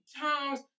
times